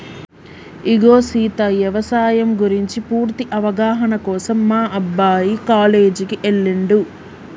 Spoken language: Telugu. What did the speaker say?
ఇగో సీత యవసాయం గురించి పూర్తి అవగాహన కోసం మా అబ్బాయి కాలేజీకి ఎల్లిండు